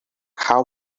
how